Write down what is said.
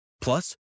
Plus